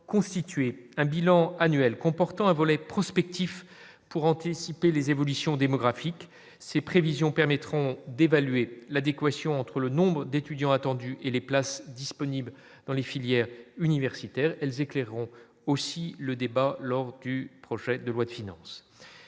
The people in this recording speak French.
constitué un bilan annuel comportant un volet prospectif pour anticiper les évolutions démographiques, ces prévisions permettront d'évaluer l'adéquation entre le nombre d'étudiants attendus et les places disponibles dans les filières universitaires, elles éclaireront aussi le débat lors du projet de loi de finances,